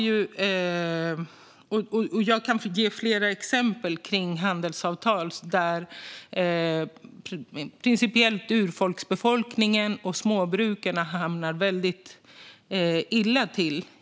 Jag kan ge flera exempel på handelsavtal som gör att främst urfolken och småbrukarna hamnar väldigt illa till.